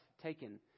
taken